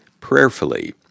prayerfully